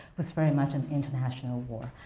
was very much an international war.